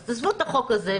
אז תעזבו את החוק הזה.